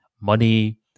money